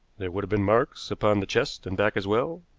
there would have been marks upon the chest and back as well,